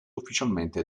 ufficialmente